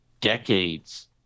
decades